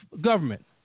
government